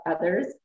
others